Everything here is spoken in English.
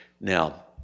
Now